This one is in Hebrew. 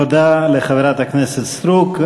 תודה לחברת הכנסת סטרוק.